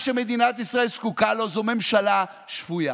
מה שמדינת ישראל זקוקה לו זאת ממשלה שפויה,